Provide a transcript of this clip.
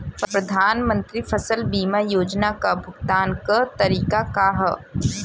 प्रधानमंत्री फसल बीमा योजना क भुगतान क तरीकाका ह?